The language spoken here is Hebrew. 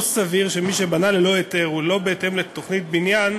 לא סביר שמי שבנה ללא היתר ולא בהתאם לתוכנית בניין,